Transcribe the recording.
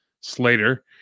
Slater